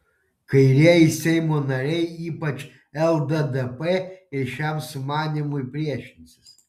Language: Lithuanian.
kairieji seimo nariai ypač lddp ir šiam sumanymui priešinsis